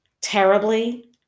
terribly